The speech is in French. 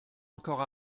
encore